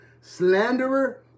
slanderer